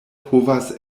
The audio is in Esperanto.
povas